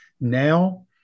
Now